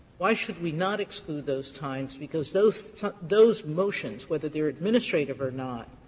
why should we not exclude those times, because those those motions, whether they're administrative or not,